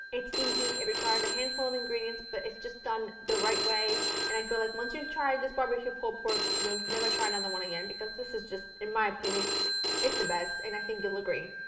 it's easy. it requires a handful of ingredients, but it's just done the right way and i feel like once you've tried this barbecue pulled pork, you'll never try another one again because this is just in my opinion it's the best and i think you'll agree.